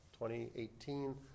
2018